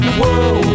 whoa